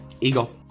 Eagle